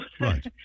right